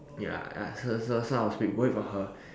ya ya so so so I was a bit worried for her